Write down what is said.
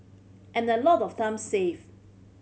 and a lot of time save